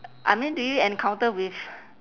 I mean do you encounter with